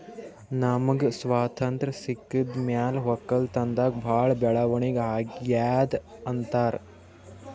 ನಮ್ಗ್ ಸ್ವತಂತ್ರ್ ಸಿಕ್ಕಿದ್ ಮ್ಯಾಲ್ ವಕ್ಕಲತನ್ದಾಗ್ ಭಾಳ್ ಬೆಳವಣಿಗ್ ಅಗ್ಯಾದ್ ಅಂತಾರ್